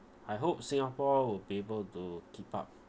I hope singapore will be able to keep up